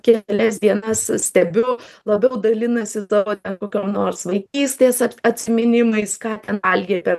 kelias dienas stebiu labiau dalinasi tuo vat kokiom nors vaikystės at atsiminimais ką ten valgė per